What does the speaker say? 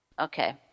Okay